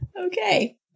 Okay